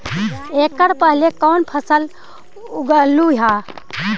एकड़ पहले कौन फसल उगएलू हा?